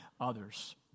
others